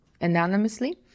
anonymously